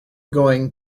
going